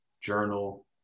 journal